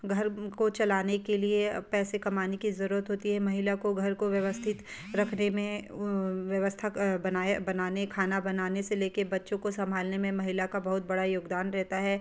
घर को चलाने के लिए पैसे कमाने की ज़रूरत होती है महिला को घर को व्यवस्थित रखने में व्यवस्था बनाए बनाने खाना बनाने से ले कर बच्चों को सम्भालने में महिला का बहुत बड़ा योगदान रहता है